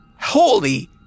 Holy